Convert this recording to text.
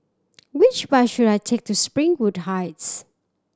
which bus should I take to Springwood Heights